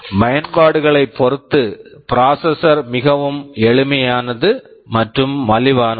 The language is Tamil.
பயன்பாடுகளைப் பொறுத்து ப்ராசெஸஸர் processor மிகவும் எளிமையானது மற்றும் மலிவானது